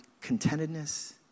contentedness